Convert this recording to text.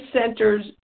centers